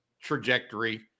trajectory